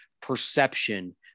perception